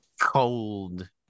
cold